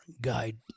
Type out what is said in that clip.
guide